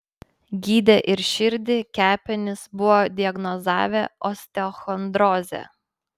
gydė ir širdį kepenis buvo diagnozavę osteochondrozę